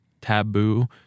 taboo